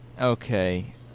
Okay